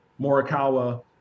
Morikawa